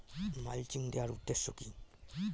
Mulching দেওয়ার উদ্দেশ্য কি?